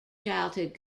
childhood